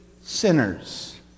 sinners